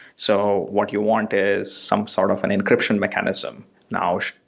so what you want is some sort of an encryption mechanism. now,